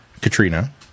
Katrina